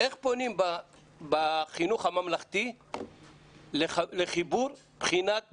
איך פונים בחינוך הממלכתי לחיבור בחינת בגרות?